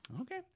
Okay